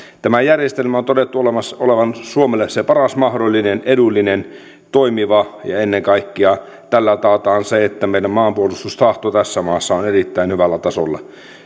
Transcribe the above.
tämän järjestelmän on todettu olevan suomelle se paras mahdollinen edullinen toimiva ja ennen kaikkea tällä taataan se että meidän maanpuolustustahto tässä maassa on erittäin hyvällä tasolla